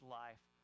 life